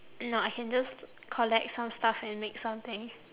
no I can just collect some stuff and make something